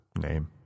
name